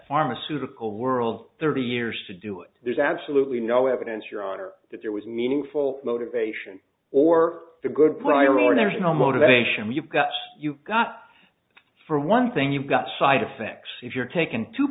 pharmaceutical world thirty years to do it there's absolutely no evidence your honor that there was meaningful motivation or a good cry or there's no motivation you've got you've got for one thing you've got side effects if you're taken two